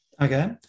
Okay